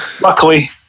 Luckily